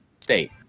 state